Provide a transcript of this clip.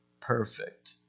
perfect